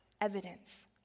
evidence